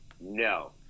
No